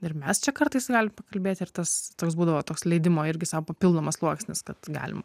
ir mes čia kartais galim pakalbėti ir tas toks būdavo toks leidimo irgi sau papildomas sluoksnis kad galim